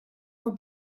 were